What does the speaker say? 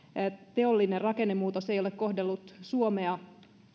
teollinen rakennemuutos ei ole kohdellut suomea